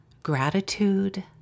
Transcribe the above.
Gratitude